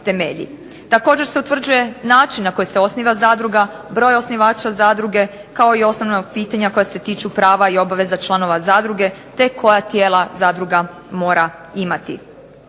Također se utvrđuje način na koji se osniva zadruga, broj osnivača zadruge, kao i osnovna pitanja koja se tiču prava i obveza članova zadruge te koja tijela zadruga mora imati.